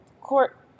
court